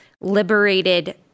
liberated